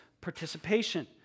participation